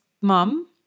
mom